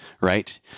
right